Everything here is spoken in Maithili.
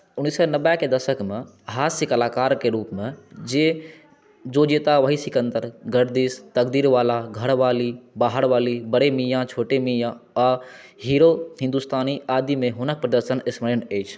उन्नैस सौ नब्बेके दशकमे हास्य कलाकारक रूपमे जे जो जीता वही सिकंदर गर्दिश तकदीरवाला घरवाली बाहरवाली बड़े मियां छोटे मियां आ हीरो हिंदुस्तानी आदिमे हुनक प्रदर्शन स्मरण अछि